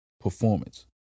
performance